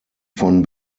von